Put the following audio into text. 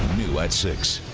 new at six